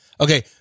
Okay